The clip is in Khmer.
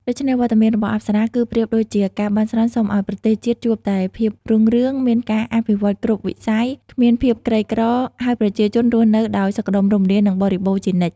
ដូច្នេះ វត្តមានរបស់អប្សរា គឺប្រៀបដូចជា ការបន់ស្រន់សុំឲ្យប្រទេសជាតិជួបតែភាពរុងរឿង មានការអភិវឌ្ឍន៍គ្រប់វិស័យ គ្មានភាពក្រីក្រ ហើយប្រជាជនរស់នៅដោយសុខដុមរមនា និងបរិបូរណ៍ជានិច្ច។